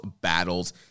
battles